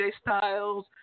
Styles